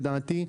לדעתי,